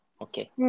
Okay